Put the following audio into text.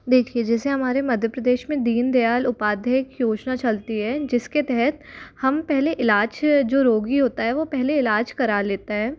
देखिए जैसे हमारे मध्य प्रदेश में दीन दयाल उपाध्याय एक योजना चलती है जिसके तहत हम पहले इलाज जो रोगी होता है वो पहले इलाज करा लेता है